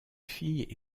filles